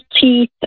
teeth